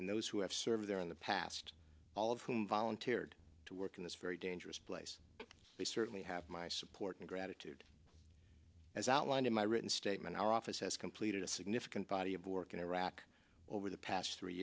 and those who have served there in the past all of whom volunteered to work in this very dangerous place they certainly have my support and gratitude as outlined in my written statement our office has completed a significant body of work in iraq over the past three